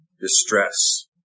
distress